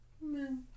No